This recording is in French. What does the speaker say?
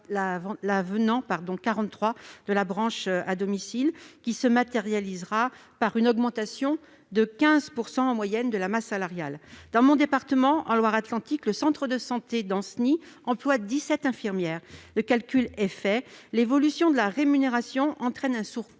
la branche de l'aide à domicile, qui se matérialisera par une augmentation de 15 % en moyenne de la masse salariale. Dans mon département de la Loire-Atlantique, le centre de santé d'Ancenis emploie 17 infirmières. Le calcul est vite fait : l'évolution de la rémunération entraîne un surcoût